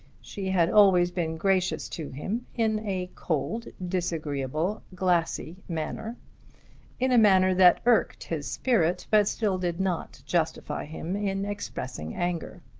she had always been gracious to him in a cold, disagreeable, glassy manner in a manner that irked his spirit but still did not justify him in expressing anger.